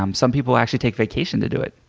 um some people actually take vacation to do it.